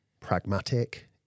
pragmatic